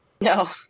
No